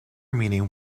meaning